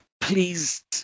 please